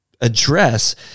address